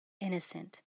innocent